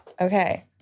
Okay